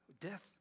death